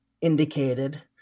Indicated